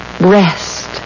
rest